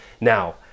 now